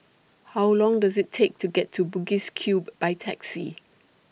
How Long Does IT Take to get to Bugis Cube By Taxi